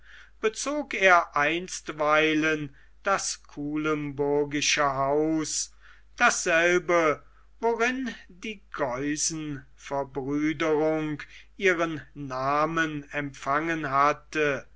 bezog er einstweilen das kuilemburgische haus dasselbe worin die geusenverbrüderung ihren namen empfangen hatte